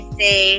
say